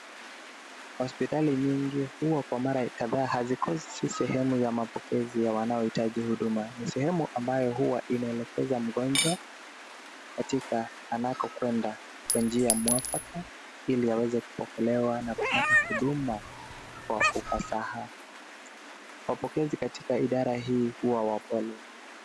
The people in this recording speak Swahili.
Hospitali nyingi huwa kwa mara kadhaa hazikosi sehemu za mapokezi ya wanaohitaji huduma, Ni sehemu ambayo huwa inaelekeza mgonjwa katika anakokwenda kwa njia ya mwafaka ili aweze kupokelewa na kupata huduma kwa ufasaha ,mapokezi katika idara hii huwa wapole.